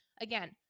Again